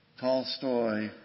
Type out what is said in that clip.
Tolstoy